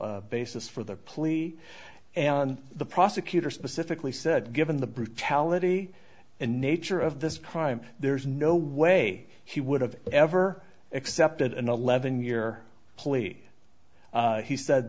basis for the plea and the prosecutor specifically said given the brutality and nature of this crime there's no way he would've ever accepted an eleven year plea he said